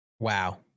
Wow